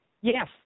Yes